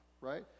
right